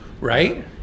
Right